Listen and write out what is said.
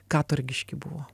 katorgiški buvo